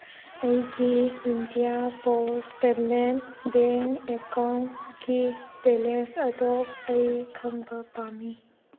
ꯑꯩꯒꯤ India post payment bank ꯑꯦꯀꯥꯎꯟꯀꯤ balance ꯑꯗꯣ ꯑꯩ ꯈꯪꯕ ꯄꯥꯝꯃꯤ